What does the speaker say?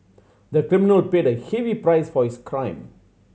the criminal paid a heavy price for his crime